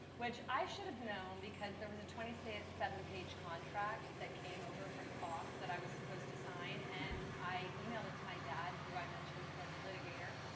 which i should have known because there was a twenty seven page contract that came over from fox that i was supposed to sign. and i emailed it to my dad who i mentioned is a litigator.